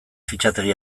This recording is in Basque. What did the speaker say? fitxategi